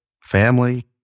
family